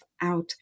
out